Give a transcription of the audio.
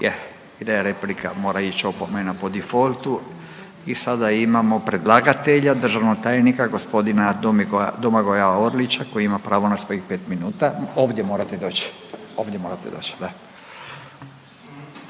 bila je replika mora ići opomena po defaultu i sada imamo predlagatelja državnog tajnika gospodina Domogoja Orlića koji ima pravo na svojih 5 minuta. Ovdje morate doći, ovdje morate doći